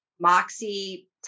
Moxie